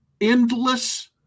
endless